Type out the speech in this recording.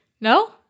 No